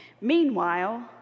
Meanwhile